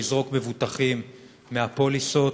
לזרוק מבוטחים מהפוליסות,